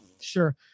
Sure